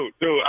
dude